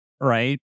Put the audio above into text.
right